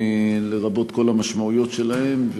לרבות כל המשמעויות שלהם,